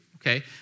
okay